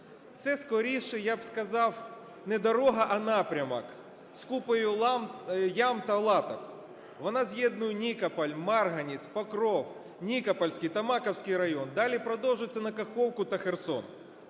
Це, скоріше, я б сказав, не дорога, а напрямок з купою ям та латок. Вона з'єднує Нікополь, Марганець, Покров, Нікопольський та Томаківський район, далі продовжується на Каховку та Херсон.